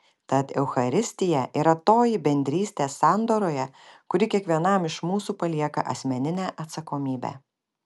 tad eucharistija yra toji bendrystė sandoroje kuri kiekvienam iš mūsų palieka asmeninę atsakomybę